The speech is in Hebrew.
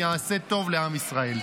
יעשה טוב לעם ישראל.